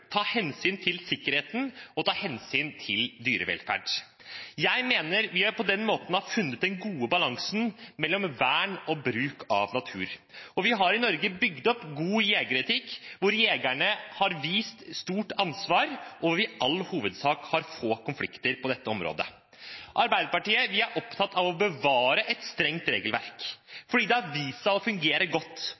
ta hensyn til sikkerheten og ta hensyn til dyrevelferd. Jeg mener vi på den måten har funnet den gode balansen mellom vern og bruk av natur, og vi har i Norge bygd opp god jegeretikk, hvor jegerne har vist stort ansvar og hvor vi i all hovedsak har få konflikter på dette området. I Arbeiderpartiet er vi opptatt av å bevare et strengt regelverk, fordi det har vist seg å fungere godt